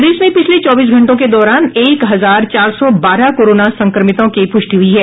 प्रदेश में पिछले चौबीस घंटों के दौरान एक हजार चार सौ बारह कोरोना संक्रमितों की पुष्टि हुई है